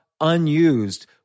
unused